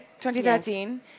2013